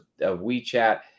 WeChat